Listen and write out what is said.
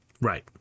Right